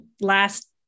last